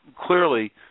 clearly